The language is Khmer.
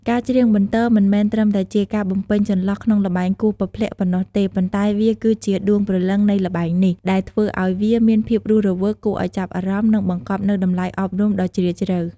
ការច្រៀងបន្ទរមិនមែនត្រឹមតែជាការបំពេញចន្លោះក្នុងល្បែងគោះពព្លាក់ប៉ុណ្ណោះទេ ប៉ុន្តែវាគឺជាដួងព្រលឹងនៃល្បែងនេះ ដែលធ្វើឱ្យវាមានភាពរស់រវើក គួរឱ្យចាប់អារម្មណ៍ និងបង្កប់នូវតម្លៃអប់រំដ៏ជ្រាលជ្រៅ។